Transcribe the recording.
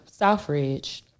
Southridge